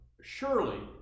surely